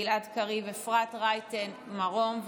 גלעד קריב ואפרת רייטן מרום.